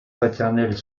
paternels